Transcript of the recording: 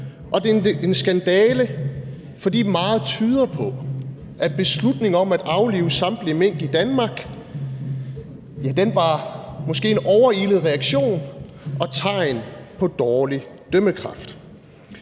og det er en skandale, fordi meget tyder på, at beslutningen om at aflive samtlige mink i Danmark måske var en overilet reaktion og tegn på dårlig dømmekraft.